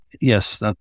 Yes